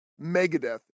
Megadeth